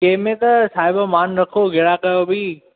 कंहिंमें त साहिबु मानु रखो ग्राहक जो बि